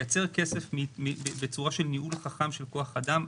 לייצר כסף בצורה של ניהול חכם של כוח אדם.